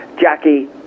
Jackie